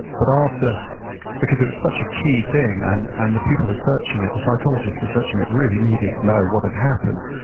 but after, because it was such a key thing and and the people researching it, the psychologists researching it really needed to know what had happened,